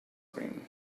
cream